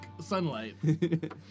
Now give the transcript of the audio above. sunlight